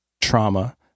trauma